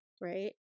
right